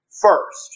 First